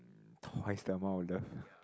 twice the amount of love